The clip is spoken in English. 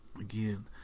again